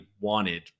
wanted